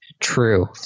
True